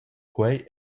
quei